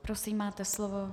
Prosím, máte slovo.